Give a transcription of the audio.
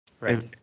Right